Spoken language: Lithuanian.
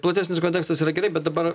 platesnis kontekstas yra gerai bet dabar